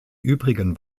übrigen